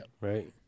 Right